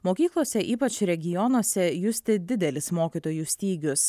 mokyklose ypač regionuose justi didelis mokytojų stygius